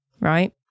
Right